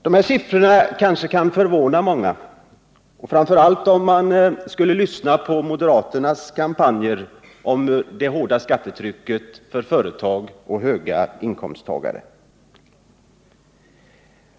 Dessa siffror kan kanske förvåna många, framför allt om man lyssnar på moderaternas kampanjer om det höga skattetrycket för företag och stora inkomsttagare.